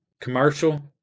commercial